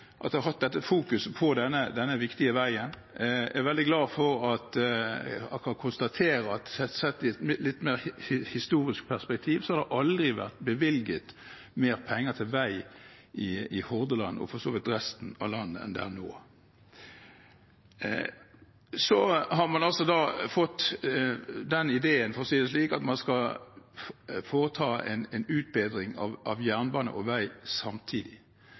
kan konstatere at det i et litt mer historisk perspektiv aldri har vært bevilget mer penger til vei i Hordaland, og for så vidt også i resten av landet, enn nå. Så har man altså fått den ideen, for å si det slik, at man skal foreta en utbedring av jernbane og vei samtidig.